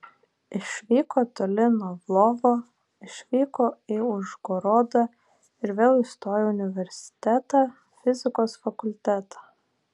išvyko toli nuo lvovo išvyko į užgorodą ir vėl įstojo į universitetą fizikos fakultetą